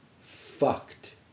fucked